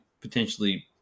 potentially